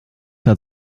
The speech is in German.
hat